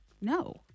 No